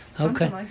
Okay